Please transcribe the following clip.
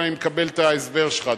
אבל אני מקבל את ההסבר שלך,